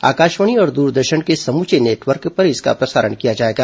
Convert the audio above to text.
आकाशवाणी और द्रदर्शन के समुचे नेटवर्क पर इसका प्रसारण किया जाएगा